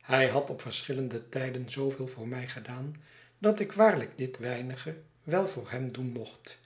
hij had op verschillende tijden zooveel voor mij gedaan dat ik waarlijk dit weinige wel voor hem doen mocht